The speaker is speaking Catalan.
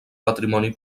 patrimoni